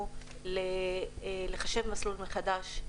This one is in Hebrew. לחשב מסלול מחדש,